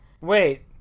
Wait